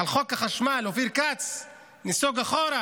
על חוק החשמל, אופיר כץ נסוג אחורה